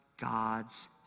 God's